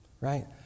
right